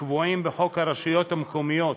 קבועים בחוק הרשויות המקומיות